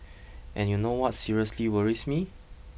and you know what seriously worries me